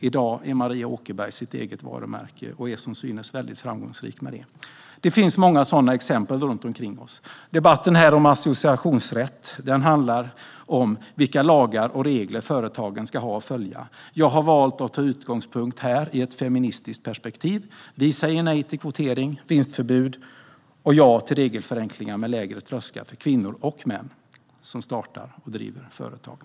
I dag har Maria Åkerberg ett eget varumärke och är som synes mycket framgångsrik. Det finns många sådana exempel runt omkring oss. Debatten om associationsrätt handlar om vilka lagar och regler företagen ska följa. Jag har valt att ta min utgångspunkt i ett feministiskt perspektiv. Vi säger nej till kvotering och vinstförbud och ja till regelförenklingar med lägre trösklar för kvinnor och män som startar och driver företag.